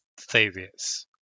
Thavius